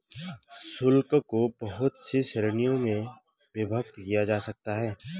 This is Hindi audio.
शुल्क को बहुत सी श्रीणियों में विभक्त किया जा सकता है